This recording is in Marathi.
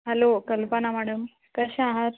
हॅलो कल्पना मॅडम कशा आहात